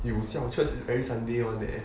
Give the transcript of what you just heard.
you siao church every sunday [one] leh